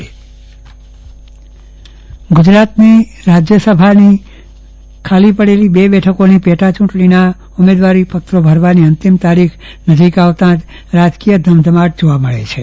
ચંદ્રવદન પદ્ટણી રાજ્યસભા ગુજરાતની રાજ્યસભાની ખાલી પડેલી બે બેઠકોની પેટા યુંટણીના ઉમેદવારીપત્રો ભરવાની અંતિમ તારીખ નજીક આવતા રાજકીય ધમધમાટ જોવા મળે છે